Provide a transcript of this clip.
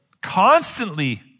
constantly